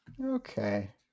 okay